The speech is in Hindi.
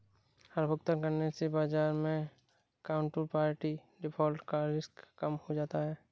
हर भुगतान करने से बाजार मै काउन्टरपार्टी डिफ़ॉल्ट का रिस्क कम हो जाता है